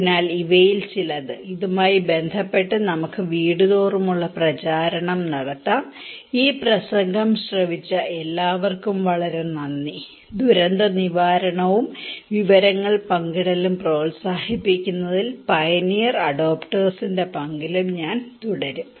അതിനാൽ ഇവയിൽ ചിലത് ഇതുമായി ബന്ധപ്പെട്ട് നമുക്ക് വീടുതോറുമുള്ള പ്രചാരണം നടത്താം ഈ പ്രസംഗം ശ്രവിച്ച എല്ലാവർക്കും വളരെ നന്ദി ദുരന്ത നിവാരണവും വിവരങ്ങൾ പങ്കിടലും പ്രോത്സാഹിപ്പിക്കുന്നതിൽ പയനിയർ അഡോപ്റ്റേഴ്സിന്റെ പങ്കിലും ഞാൻ തുടരും